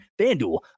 FanDuel